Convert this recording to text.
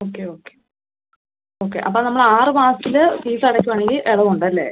okay okay okay അപ്പം നമ്മൾ ആറു മാസത്തിൽ ഫീസടയ്ക്കുകയാണെങ്കിൽ എളവുണ്ട് അല്ലേ